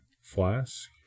flask